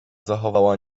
zachowała